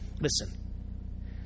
Listen